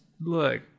Look